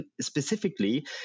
specifically